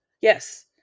Yes